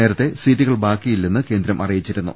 നേരത്തെ സീറ്റുകൾ ബാക്കിയില്ലെന്ന് കേന്ദ്രം അറിയിച്ചിരുന്നു